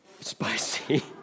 Spicy